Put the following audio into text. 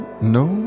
no